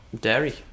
dairy